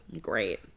Great